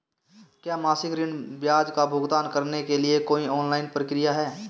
क्या मासिक ऋण ब्याज का भुगतान करने के लिए कोई ऑनलाइन प्रक्रिया है?